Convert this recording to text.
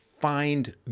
find